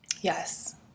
yes